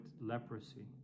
leprosy